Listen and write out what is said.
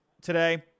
today